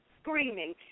screaming